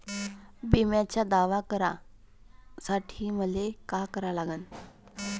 बिम्याचा दावा करा साठी मले का करा लागन?